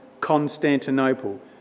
Constantinople